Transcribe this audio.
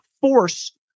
force